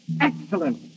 Excellent